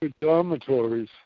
dormitories